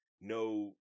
no